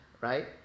Right